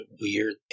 weird